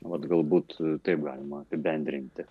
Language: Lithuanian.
vat galbūt taip galima apibendrinti